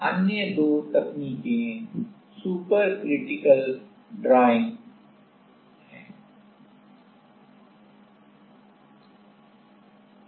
अन्य दो तकनीकें सुपर क्रिटिकल ड्रायिंगसुखाना हैं